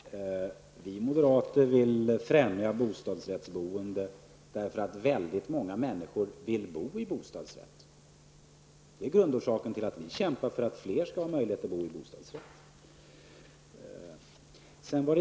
Herr talman! Vi moderater vill främja bostadsrättsboendet därför att många människor vill bo i bostadsrätt. Det är grundorsaken till att vi kämpar för att fler skall ha möjlighet att bo i bostadsrätt.